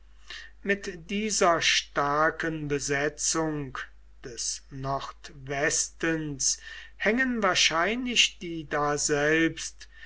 mit dieser starken besetzung des nordwestens hängen wahrscheinlich die daselbst